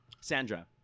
Sandra